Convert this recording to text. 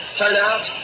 turnout